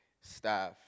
staff